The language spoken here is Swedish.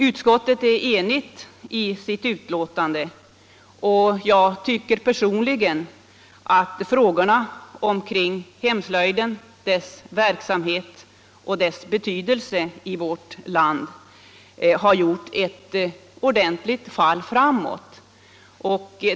Utskottet är enigt i sitt betänkande, och jag tycker personligen att frågorna omkring hemslöjden, dess verksamhet och betydelse för vårt land har fallit ordentligt framåt.